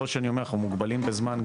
מראש אני אומר, אנחנו מוגבלים בזמן.